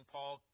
Paul